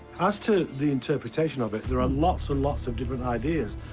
as to the interpretation of it, there are lots and lots of different ideas,